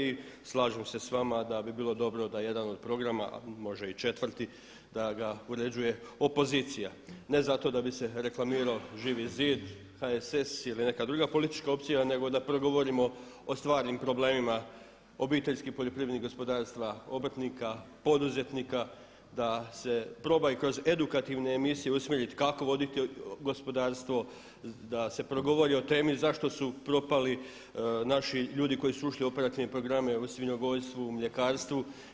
I slažem se s vama da bi bilo dobro da jedan od programa a može i 4. da ga uređuje opozicija ne zato da bi se reklamirao Živi zid, HSS ili neka druga politička opcija nego da progovorimo o stvarnim problemima, obiteljskim, poljoprivrednih, gospodarstva, obrtnika, poduzetnika, da se proba i kroz edukativne emisije usmjeriti kako voditi gospodarstvo, da se progovori o temi zašto su propali naši ljudi koji su ušli u operativne programe, u svinjogojstvu, mljekarstvu.